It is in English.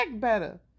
better